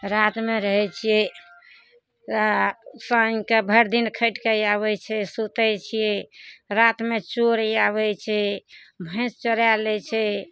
रातमे रहय छियै साँझके भरि दिन खटिके आबय छियै सुतय छियै रातमे चोर आबय छै भैंस चोराय लै छै